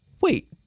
Wait